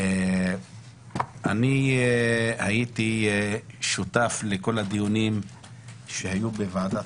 אני הייתי שותף לכל הדיונים שהיו בוועדת